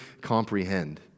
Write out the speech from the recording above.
comprehend